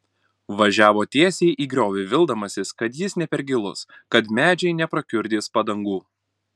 važiavo tiesiai į griovį vildamasis kad jis ne per gilus kad medžiai neprakiurdys padangų